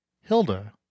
Hilda